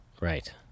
Right